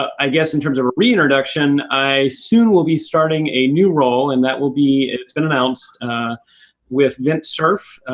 i guess, in terms of a re-introduction, i assume we'll be starting a new role, and that will be it's been announced with vint cerf,